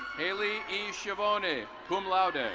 hailey e. shivoney. cum laude. ah